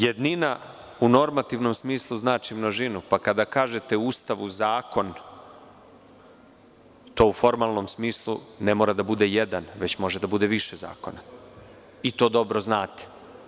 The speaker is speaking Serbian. Jednina u normativnom smislu znači množinu, pa kada kažete u Ustavu zakon, to u formalnom smislu ne mora da bude jedan, već može da bude više zakona i to dobro znate.